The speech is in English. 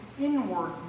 inward